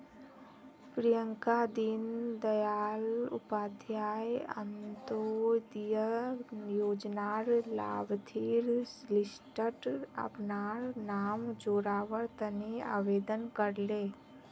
प्रियंका दीन दयाल उपाध्याय अंत्योदय योजनार लाभार्थिर लिस्टट अपनार नाम जोरावर तने आवेदन करले